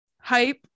Hype